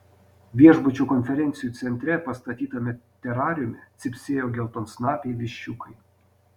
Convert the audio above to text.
viešbučio konferencijų centre pastatytame terariume cypsėjo geltonsnapiai viščiukai